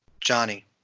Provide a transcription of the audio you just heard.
Johnny